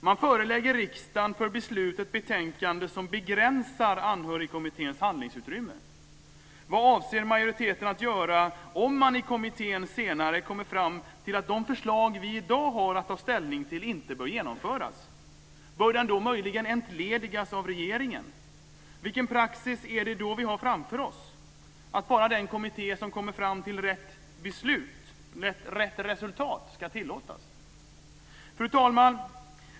Man förelägger riksdagen för beslut ett betänkande som begränsar Anhörigkommitténs handlingsutrymme. Vad avser majoriteten att göra om man i kommittén senare kommer fram till att de förslag vi i dag har att ta ställning till inte bör genomföras? Bör den då möjligen entledigas av regeringen? Vilken praxis är det då vi har framför oss? Är det att bara den kommitté som kommer fram till rätt resultat ska tilllåtas? Fru talman!